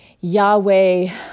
Yahweh